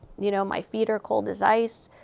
you know, my feet are cold as ice.